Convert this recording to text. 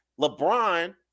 LeBron